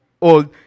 old